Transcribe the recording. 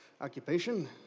Occupation